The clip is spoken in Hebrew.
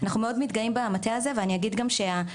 אנחנו מאוד מתגאים במטה הזה ואני אגיד גם שהם